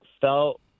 felt